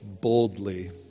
Boldly